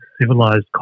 civilized